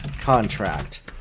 contract